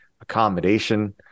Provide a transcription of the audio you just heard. accommodation